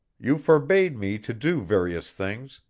you forbade me to do various things,